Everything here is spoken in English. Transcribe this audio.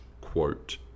quote